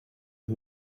you